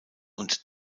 und